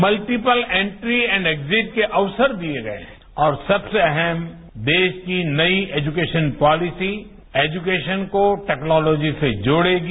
multiple entry and exit के अवसर दिये गये है और सबसे अहम देश की नई एजुकेशन पॉलिसी एजुकेशन को टैक्नोलॉजी से जोड़ेगी